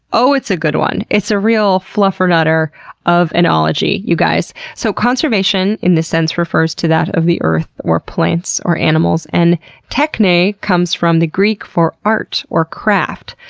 oh, it's a good one! it's a real fluffernutter of an ology, you guys. so conservation in this sense refers to that of the earth or plants or animals, and techne comes from the greek for art or craft.